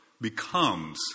becomes